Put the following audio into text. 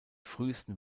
frühesten